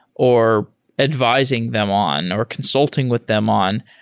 or advising them on, or consulting with them on,